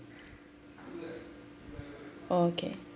okay